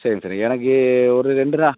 சரிங்க சார் எனக்கு ஒரு ரெண்டு நாள்